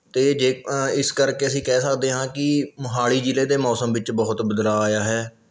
ਅਤੇ ਜੇ ਇਸ ਕਰਕੇ ਅਸੀਂ ਕਹਿ ਸਕਦੇ ਹਾਂ ਕਿ ਮੋਹਾਲੀ ਜ਼ਿਲ੍ਹੇ ਦੇ ਮੌਸਮ ਵਿੱਚ ਬਹੁਤ ਬਦਲਾਅ ਆਇਆ ਹੈ